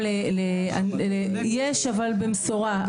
יש, אבל במשורה.